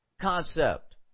concept